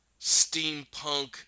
steampunk